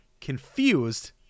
confused